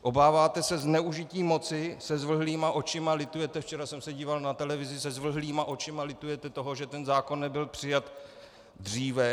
Obáváte se zneužití moci, se zvlhlýma očima litujete, včera jsem se díval na televizi, se zvlhlýma očima litujete toho, že ten zákon nebyl přijat dříve.